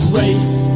race